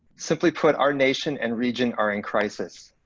simply put our nation and region are in crisis,